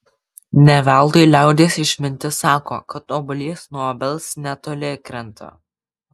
ne veltui liaudies išmintis sako kad obuolys nuo obels netoli krenta